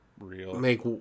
Make